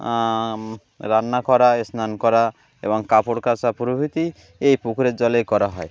রান্না করা স্নান করা এবং কাপড় কাষা প্রভৃতি এই পুকুরের জলেই করা হয়